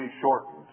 shortened